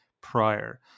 prior